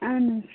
اَہَن حظ